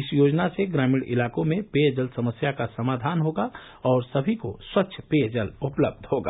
इस योजना से ग्रामीण इलाकों में पेयजल समस्या का समाधान होगा और सभी को स्वच्छ पेयजल उपलब्ध होगा